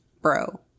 bro